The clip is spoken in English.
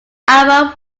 album